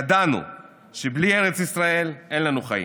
ידענו שבלי ארץ ישראל אין לנו חיים.